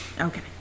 Okay